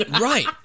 Right